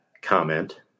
comment